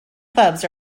clubs